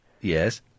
Yes